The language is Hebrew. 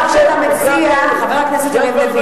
יריב לוין, מאחר שאתה מציע, חבר הכנסת לוין,